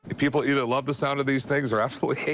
people either love the sound of these things or absolutely